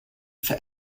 for